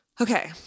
Okay